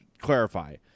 clarify